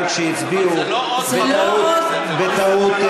גם כשהצביעו בטעות,